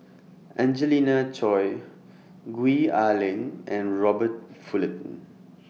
Angelina Choy Gwee Ah Leng and Robert Fullerton